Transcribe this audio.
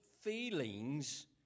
feelings